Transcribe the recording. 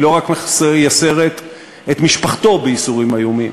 היא לא רק מייסרת את משפחתו בייסורים איומים,